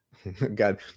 God